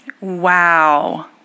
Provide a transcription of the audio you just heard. Wow